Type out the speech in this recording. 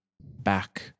back